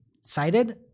cited